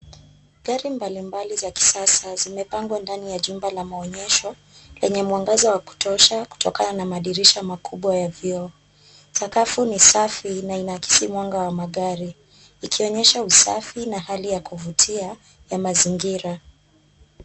Gari mbalimbali za kisasa zimepangwa ndani ya jumba la maonyesho lenye mwangaza wa kutosha kutokana na madirisha makubwa ya vioo. Sakafu ni safi na inaakisi mwanga wa magari ikionyesha usafi na hali ya kuvutia ya mazingira.